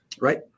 right